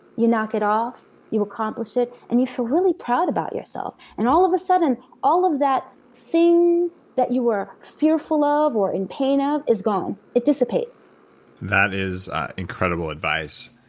you knock it off, you accomplish it, and you feel really proud about yourself, and all of a sudden, all of that thing that you were fearful ah of or in pain of is gone. it dissipates that is incredible advice.